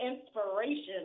inspiration